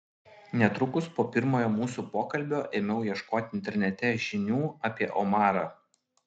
netrukus po pirmojo mūsų pokalbio ėmiau ieškoti internete žinių apie omarą